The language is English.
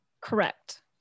Correct